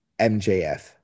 MJF